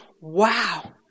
wow